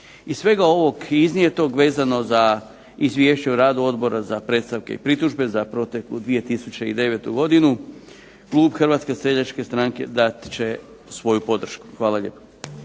Iz svega ovog iznijetog, vezano za izvješće o radu Odbora za predstavke i pritužbe za proteklu 2009. godinu, klub Hrvatske seljačke stranke dat će svoju podršku. Hvala lijepa.